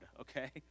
okay